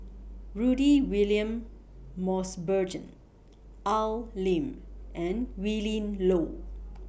Rudy William Mosbergen Al Lim and Willin Low